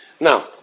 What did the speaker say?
Now